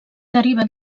deriva